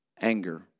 Anger